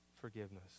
Forgiveness